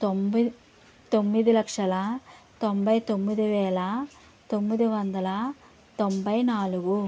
తొంభై తొమ్మిది లక్షల తొంభై తొమ్మిది వేల తొమ్మిది వందల తొంభై నాలుగు